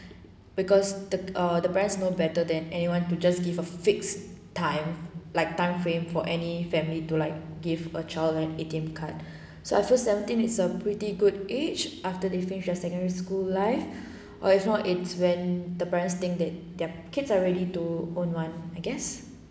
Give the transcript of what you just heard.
because the err the parents know better than anyone to just give a fixed time like time frame for any family to like give a child an A_T_M card so I feel seventeen is a pretty good age after they finish their secondary school life or if not it's when the parents think that their kids are ready to own one I guess